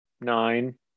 nine